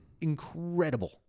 incredible